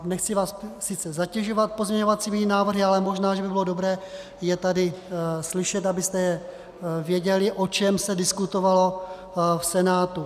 Nechci vás sice zatěžovat pozměňovacími návrhy, ale možná že by bylo dobré je tady slyšet, abyste věděli, o čem se diskutovalo v Senátu.